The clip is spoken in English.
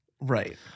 Right